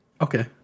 Okay